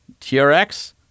TRX